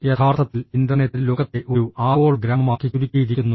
യഥാർത്ഥത്തിൽ ഇന്റർനെറ്റ് ലോകത്തെ ഒരു ആഗോള ഗ്രാമമാക്കി ചുരുക്കിയിരിക്കുന്നു